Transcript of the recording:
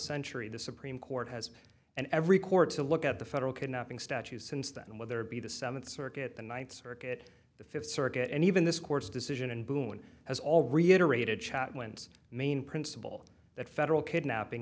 century the supreme court has and every court to look at the federal kidnapping statutes since then will there be the seventh circuit the ninth circuit the fifth circuit and even this court's decision in boone has all reiterated chatwin's main principle that federal kidnapping